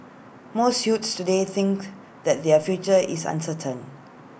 most youths today think that their future is uncertain